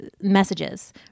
messages